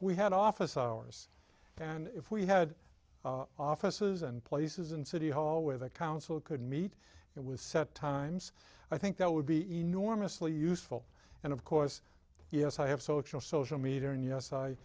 we had office hours and if we had offices and places in city hall where the council could meet it was set times i think that would be enormously useful and of course yes i have social social media and yes i